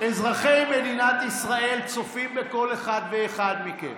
אזרחי מדינת ישראל צופים בכל אחד ואחד מכם.